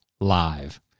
live